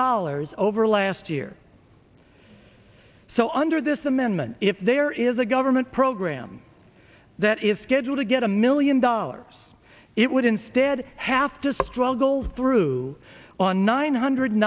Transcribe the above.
dollars over last year so under this amendment if there is a government program that is scheduled to get a million dollars it would instead have to struggle through on nine hundred